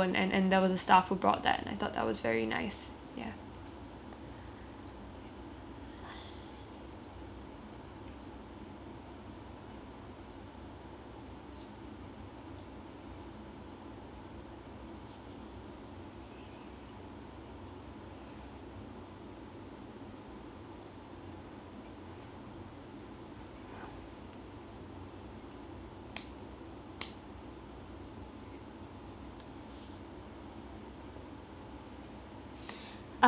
ya